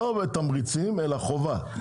לא בתמריצים אלא חובה,